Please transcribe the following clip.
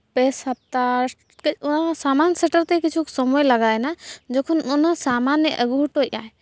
ᱯᱮ ᱥᱟᱯᱛᱟ ᱠᱟᱹᱡ ᱚᱱᱟ ᱥᱟᱢᱟᱝ ᱥᱮᱴᱮᱨᱛᱮ ᱠᱤᱪᱷᱩ ᱥᱚᱢᱚᱭ ᱞᱟᱜᱟᱣᱮᱱᱟ ᱡᱚᱠᱷᱚᱱ ᱚᱱᱟ ᱥᱟᱢᱟᱱᱮ ᱟᱹᱜᱩ ᱦᱚᱴᱚᱭᱮᱫ ᱟᱭ